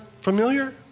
familiar